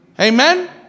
Amen